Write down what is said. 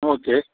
okay